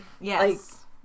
yes